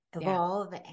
evolve